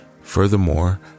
Furthermore